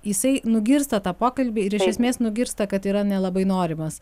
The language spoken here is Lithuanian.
jisai nugirsta tą pokalbį ir iš esmės nugirsta kad yra nelabai norimas